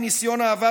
מניסיון העבר,